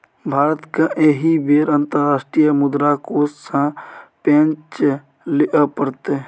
भारतकेँ एहि बेर अंतर्राष्ट्रीय मुद्रा कोष सँ पैंच लिअ पड़तै